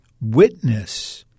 witness